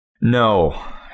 No